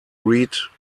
read